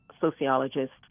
sociologist